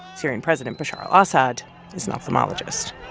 syrian president bashar al-assad is an ophthalmologist